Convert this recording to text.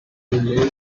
live